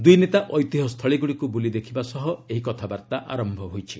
ଦୂଇ ନେତା ଐତିହ୍ୟ ସ୍ଥଳୀଗୁଡ଼ିକୁ ବୁଲି ଦେଖିବା ସହ ଏହି କଥାବାର୍ତ୍ତା ଆରମ୍ଭ ହୋଇଛି